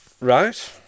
right